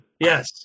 Yes